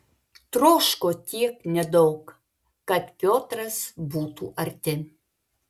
troško tiek nedaug kad piotras būtų arti